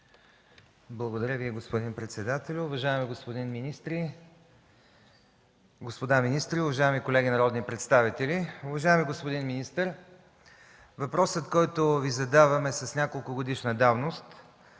Благодаря Ви, господин председател. Уважаеми господа министри, уважаеми колеги народни представители! Уважаеми господин министър, въпросът, който Ви задавам, е с няколко годишна давност.